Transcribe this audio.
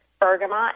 bergamot